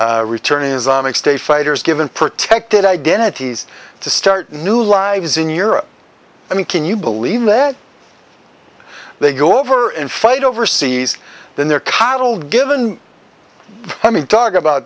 know return is a mixtape fighters given protected identities to start new lives in europe i mean can you believe that they go over and fight over seas then their cattle given i mean talk about